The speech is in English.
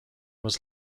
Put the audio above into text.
was